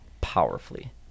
powerfully